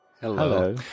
Hello